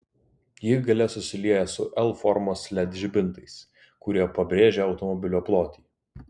ji gale susilieja su l formos led žibintais kurie pabrėžia automobilio plotį